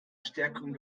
stärkung